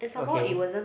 okay